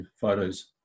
photos